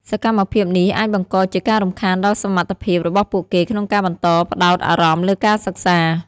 សកម្មភាពនេះអាចបង្កជាការរំខានដល់សមត្ថភាពរបស់ពួកគេក្នុងការបន្តផ្តោតអារម្មណ៍លើការសិក្សា។